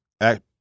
act